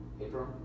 April